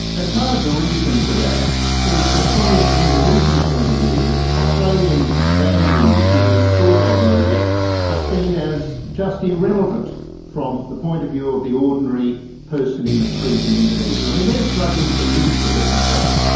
and part of the reason for that is that from the indonesian point of view australian values in this sort ah of area are ah seen as just irrelevant from the point of view of the ordinary person in the street in indonesia. i mean, they are struggling to live, for heaven's sake.